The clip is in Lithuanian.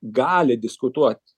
gali diskutuot